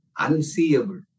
unseeable